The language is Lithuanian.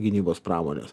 gynybos pramonės